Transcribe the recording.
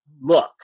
look